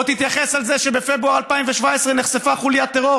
בוא תתייחס לזה שבפברואר 2017 נחשפה חוליית טרור